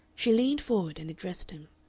she leaned forward and addressed him.